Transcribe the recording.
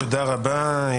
תודה רבה.